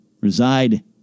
reside